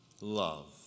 love